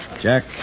Jack